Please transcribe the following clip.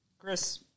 Chris